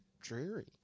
dreary